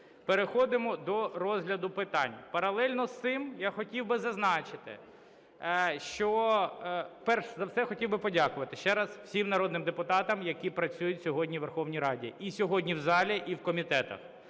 Переходимо до розгляду питань. Паралельно з цим я хотів би зазначити, що, перш за все, хотів би подякувати ще раз всім народним депутатам, які працюють сьогодні у Верховній Раді, і сьогодні в залі, і в комітетах.